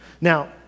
Now